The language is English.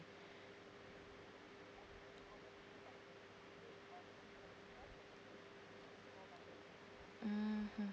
mmhmm